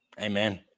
Amen